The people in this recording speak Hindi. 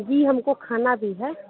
जी हमको खाना भी है